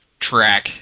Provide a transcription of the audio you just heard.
track